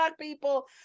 people